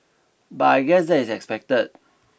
but I guess that is expected